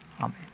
Amen